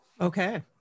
Okay